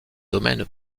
domaine